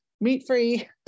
meat-free